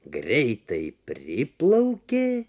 greitai priplaukė